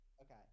Okay